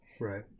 Right